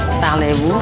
Parlez-vous